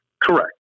Correct